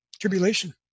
tribulation